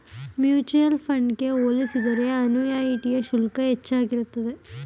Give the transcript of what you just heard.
mutual fund ಗೆ ಹೋಲಿಸಿದರೆ ಅನುಯಿಟಿಯ ಶುಲ್ಕ ಹೆಚ್ಚಾಗಿರುತ್ತದೆ